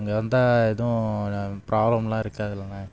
அங்கே வந்தால் எதுவும் ந ப்ராப்ளம்லாம் இருக்காதில்லண்ண